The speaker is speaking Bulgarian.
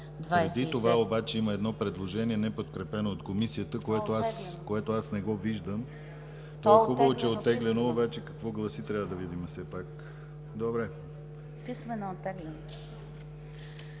Писмено е оттеглено.